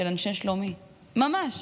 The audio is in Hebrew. של אנשי שלומי ממש,